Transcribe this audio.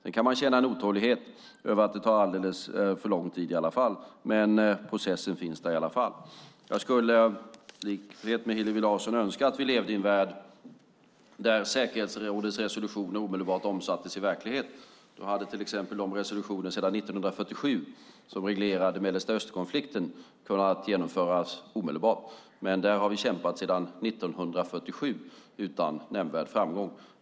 Man kan känna en otålighet över att det tar alldeles för lång tid, men processen finns där i alla fall. Jag skulle i likhet med Hillevi Larsson önska att vi levde i en värld där säkerhetsrådets resolutioner omedelbart omsattes i verklighet. Då hade till exempel de resolutioner sedan 1947 som reglerade Mellanösternkonflikten kunnat genomföras omedelbart. Men där har vi kämpat sedan 1947 utan nämnvärd framgång.